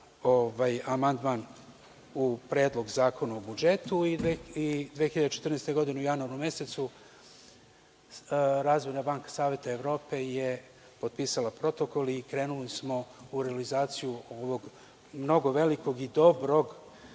amandman u Predlog zakona o budžetu i 2014. godine u januaru mesecu Razvojna banka Saveta Evrope je potpisala Protokol i krenuli smo u realizaciju velikog i dobrog